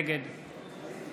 נגד